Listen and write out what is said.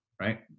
Right